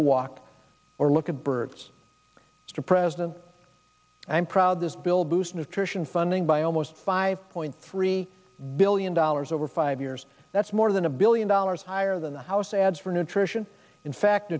a walk or look at birds to president i'm proud this bill boost nutrition funding by almost five point three billion dollars over five years that's more than a billion dollars higher than the house adds for nutrition in fact